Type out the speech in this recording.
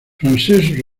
francesc